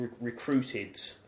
recruited